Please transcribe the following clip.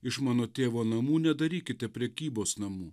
iš mano tėvo namų nedarykite prekybos namų